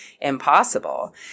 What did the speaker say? impossible